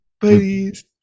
Please